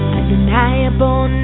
Undeniable